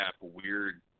weird